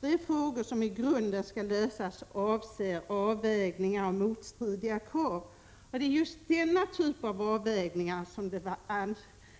De frågor som i grunden skall lösas avser avvägningar av motstridiga krav. Det är just denna typ av avvägningar som